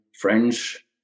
French